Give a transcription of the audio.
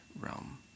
Realm